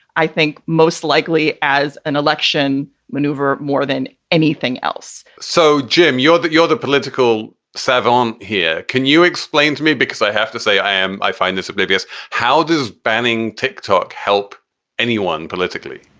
i think most likely as an election maneuver more than anything else so, jim, you're that you're the political savant here. can you explain to me, because i have to say i am i find this oblivious. how does banning ticktock help anyone politically?